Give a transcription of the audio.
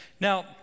Now